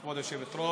כבוד היושבת-ראש,